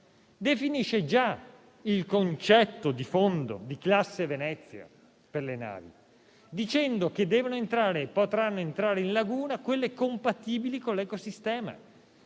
definisce già il concetto di fondo di classe Venezia per le navi, dicendo che devono entrare in laguna quelle compatibili con l'ecosistema.